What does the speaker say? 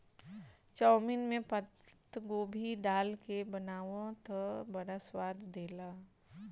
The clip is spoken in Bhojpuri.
चाउमिन में पातगोभी डाल के बनावअ तअ बड़ा स्वाद देला